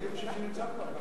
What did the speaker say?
אני חושב שנמצא כבר.